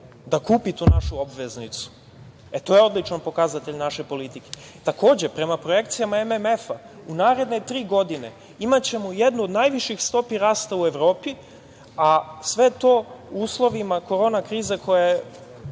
da kupi tu našu obveznicu. E, to je odličan pokazatelj naše politike. Prema projekcijama MMF-a u naredne tri godine imaćemo jednu od najviših stopi rasta u Evropi, a sve to u uslovima korona krize koja